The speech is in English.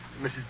Mrs